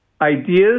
ideas